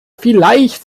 vielleicht